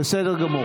דקה,